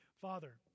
Father